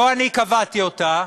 לא אני קבעתי אותה,